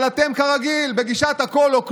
אבל אתם, כרגיל, בגישת הכול או כלום,